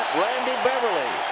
randy beverly.